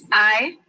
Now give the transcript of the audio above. aye.